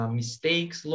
mistakes